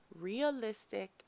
realistic